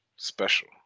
Special